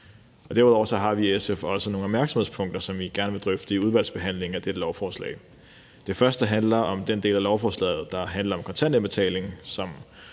Derudover har vi i SF også nogle opmærksomhedspunkter, som vi gerne vil drøfte i udvalgsbehandlingen af dette lovforslag. Det første handler om den del af lovforslaget, der handler om kontantindbetaling,